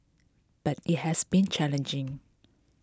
but it has been challenging